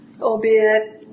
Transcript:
albeit